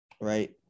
right